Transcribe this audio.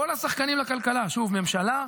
כל השחקנים לכלכלה, שוב, ממשלה,